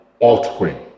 altcoin